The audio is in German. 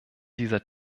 dieser